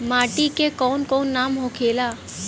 माटी के कौन कौन नाम होखेला?